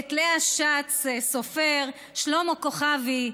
ואת לאה ש"ץ סופר ושלמה כוכבי,